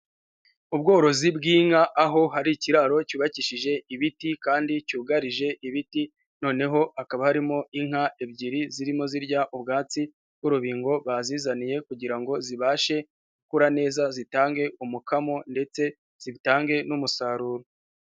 Ubworozi bw'inka aho hari ikiraro cyubakishije ibiti kandi cyugarije ibiti noneho hakaba harimo inka ebyiri zirimo zirya ubwatsi bw'urubingo bazizaniye kugira ngo zibashe gukura neza zitange umukamo ndetse zitange n'umusaruro.